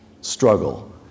struggle